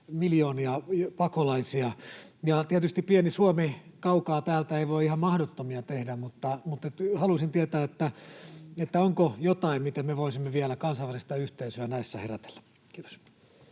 miljoonia pakolaisia. Tietysti pieni Suomi, kaukaa täältä, ei voi ihan mahdottomia tehdä, mutta haluaisin tietää, että onko jotain, miten me voisimme vielä kansainvälistä yhteisöä näissä herätellä? — Kiitos.